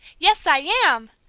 yes, i am!